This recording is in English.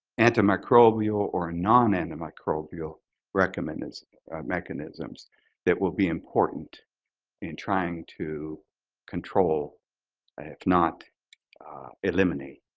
antimicrobial or non-antimicrobial recommend this mechanisms that will be important in trying to control and if not eliminate